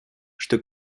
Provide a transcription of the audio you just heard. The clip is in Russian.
что